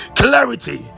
clarity